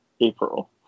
April